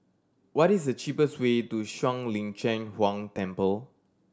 what is the cheapest way to Shuang Lin Cheng Huang Temple